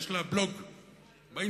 יש לה בלוג באינטרנט,